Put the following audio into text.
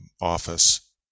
office